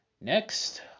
Next